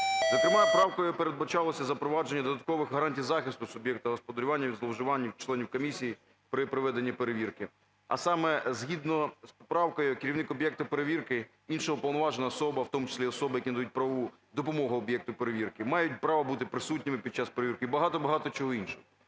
Зокрема, правкою передбачалося запровадження додаткових гарантій захисту суб'єкта господарювання від зловживань членів комісії при проведенні перевірки. А саме, згідно з поправкою керівник об'єкту перевірки, інша уповноважена особа, в тому числі і особи, які надають правову допомогу суб'єкту перевірки, мають право бути присутніми під час перевірки і багато-багато чого іншого.